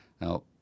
Now